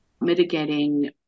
mitigating